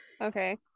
Okay